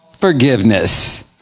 forgiveness